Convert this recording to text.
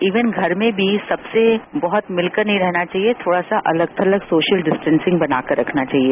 even घर में भी बहुत मिलकर नहीं रहना चाहिए थोड़ा सा अलग थलग सोशल डिस्टेसिंग बनाकर रखना चाहिए